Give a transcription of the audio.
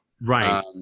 Right